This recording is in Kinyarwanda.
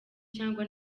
cyangwa